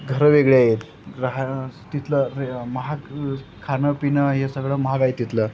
घरं वेगळी आहेत राहा तिथलं महाग खाणं पिणं हे सगळं महाग आहे तिथलं